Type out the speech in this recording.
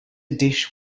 dish